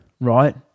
right